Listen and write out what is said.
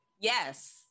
Yes